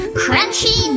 crunchy